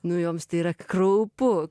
nu joms tai yra kraupu